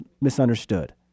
misunderstood